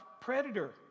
predator